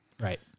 Right